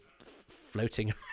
floating